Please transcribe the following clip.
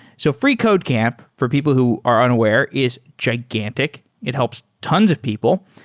so freecodecamp, for people who are unaware is gigantic. it helps tons of people.